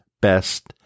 best